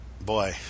boy